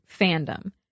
fandom